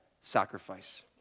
sacrifice